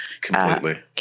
Completely